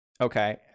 okay